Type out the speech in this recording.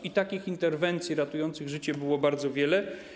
I takich interwencji ratujących życie było bardzo wiele.